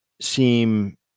seem